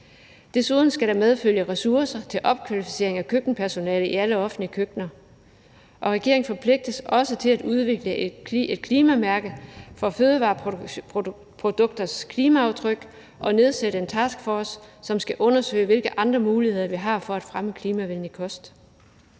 Desuden skal der medfølge ressourcer til opkvalificering af køkkenpersonale i alle offentlige køkkener. Regeringen forpligtes også til at udvikle et klimamærke for fødevareprodukters klimaaftryk og nedsætte en taskforce, der skal undersøge, hvilke andre muligheder der er for at fremme klimavenlig kost.«